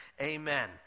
amen